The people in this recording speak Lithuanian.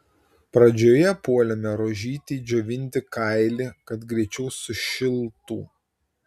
pradžioje puolėme rožytei džiovinti kailį kad greičiau sušiltų